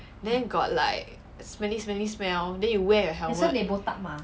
then got like smelly smelly smell then you wear your helmet